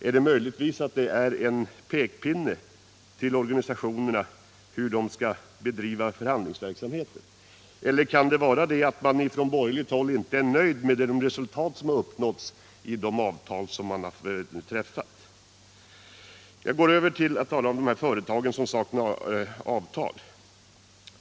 Är det möjligtvis en pekpinne till organisationerna hur de skall bedriva förhandlingsverksamheten, eller kan det vara så, att man ifrån borgerligt håll inte är nöjd med de resultat som uppnåtts i de träffade avtalen? Sedan går jag över till att tala om de företag som saknar avtal.